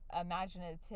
Imaginative